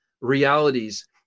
realities